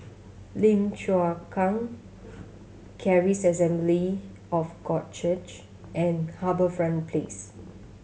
Lim Chu Kang Charis Assembly of God Church and HarbourFront Place